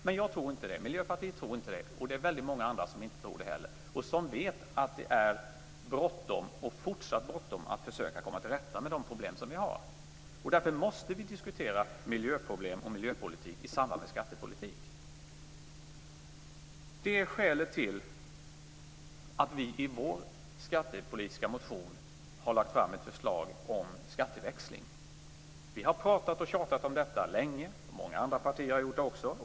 Men jag och Miljöpartiet tror inte att det är så, och det är väldigt många andra som inte heller tror det. Vi vet att det är fortsatt bråttom att komma till rätta med de problem som vi har. Därför måste vi diskutera miljöproblem och miljöpolitik i samband med skattepolitik. Detta är skälet till att vi i vår skattepolitiska motion har lagt fram ett förslag om skatteväxling. Vi har pratat och tjatat om detta länge, och många andra partier har gjort det också.